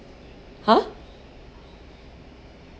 !huh!